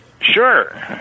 sure